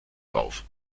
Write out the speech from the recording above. drauf